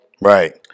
Right